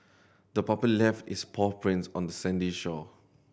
the puppy left its paw prints on the sandy shore